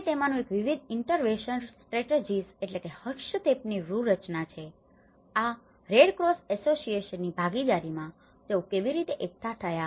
તો તેમાનું એક વિવિધ ઇન્ટરવેન્શન સ્ટ્રેટેજીઝહસ્તક્ષેપની વ્યૂહરચનાઓ છે આ રેડ ક્રોસ એસોસિએશનોની ભાગીદારીમાં તેઓ કેવી રીતે એકઠા થયા